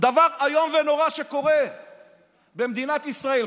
דבר איום ונורא שקורה במדינת ישראל,